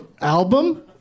album